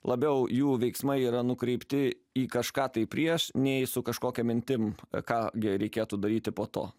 labiau jų veiksmai yra nukreipti į kažką tai prieš nei su kažkokia mintim ką gi reikėtų daryti po to